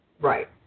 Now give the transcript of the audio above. right